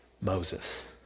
Moses